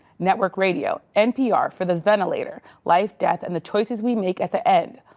network radio npr for the ventilator life, death and the choices we make at the end.